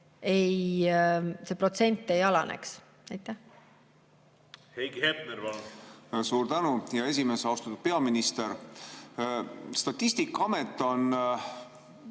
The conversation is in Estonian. et see protsent ei alaneks. Heiki Hepner, palun! Suur tänu, hea esimees! Austatud peaminister! Statistikaamet on